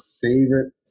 favorite